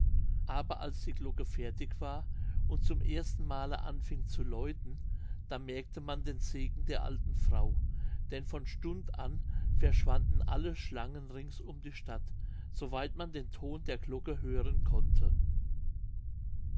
aber als die glocke fertig war und zum ersten male anfing zu läuten da merkte man den segen der alten frau denn von stund an verschwanden alle schlangen rings um die stadt so weit man den ton der glocke hören konnte